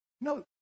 no